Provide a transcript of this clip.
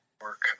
work